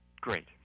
great